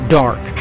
dark